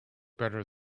better